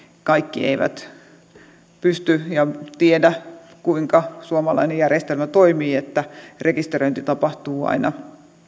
kaikki eivät tiedä kuinka suomalainen järjestelmä toimii että rekisteröinti tapahtuu aina